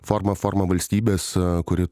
formą formą valstybės kuri